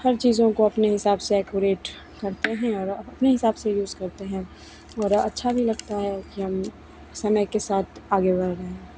हर चीज़ों को अपने हिसाब से ऐकुरेट करते हैं और अपने हिसाब से यूज़ करते हैं और अच्छा भी लगता है कि हम समय के साथ आगे बढ़ रहे हैं